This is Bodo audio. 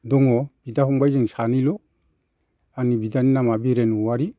दङ बिदा फंबाइ जों सानैल' आंनि बिदानि नामा बिरेन औवारि